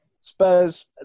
Spurs